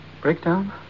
breakdown